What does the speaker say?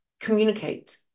communicate